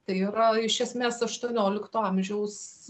tai yra iš esmės aštuoniolikto amžiaus